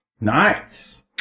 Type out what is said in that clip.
Nice